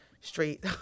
straight